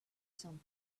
some